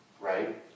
right